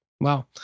Wow